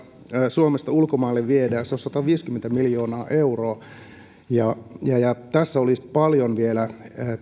suomesta ulkomaille viedään se olisi sataviisikymmentä miljoonaa euroa ja ja tässä olisi paljon vielä